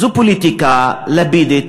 זו פוליטיקה לפידית,